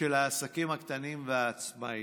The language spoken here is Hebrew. של העסקים הקטנים והעצמאים,